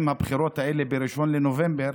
עם הבחירות האלה ב-1 בנובמבר,